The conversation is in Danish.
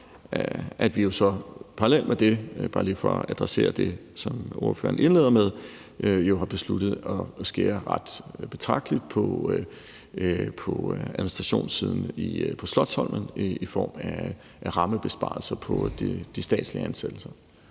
at vi jo så parallelt med det – bare lige for at adressere det, som ordføreren indledte med – har besluttet at skære ret betragteligt på administrationssiden på Slotsholmen i form af rammebesparelser på de statslige ansættelser.